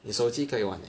你手机可以玩 leh